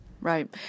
Right